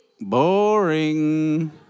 boring